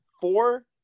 four